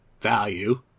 value